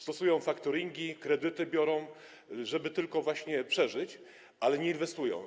Stosują faktoringi, kredyty biorą, żeby tylko przeżyć, ale nie inwestują.